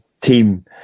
team